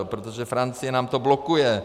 Protože Francie nám to blokuje.